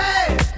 Hey